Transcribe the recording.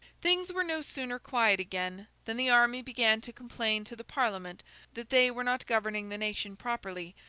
things were no sooner quiet again, than the army began to complain to the parliament that they were not governing the nation properly,